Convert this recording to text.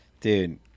dude